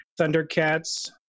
Thundercats